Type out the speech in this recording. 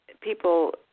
People